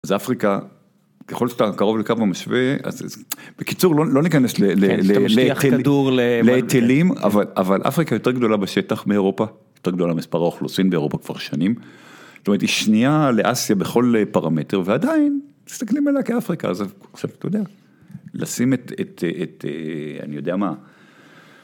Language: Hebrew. אז אפריקה, ככל שאתה קרוב לקו המשווה, אז בקיצור, לא ניכנס לטילים, אבל אפריקה יותר גדולה בשטח מאירופה, יותר גדולה מספר האוכלוסין באירופה כבר שנים. זאת אומרת, היא שנייה לאסיה בכל פרמטר, ועדיין, תסתכלי עליה כאפריקה, זה עכשיו, אתה יודע, לשים את, אני יודע מה,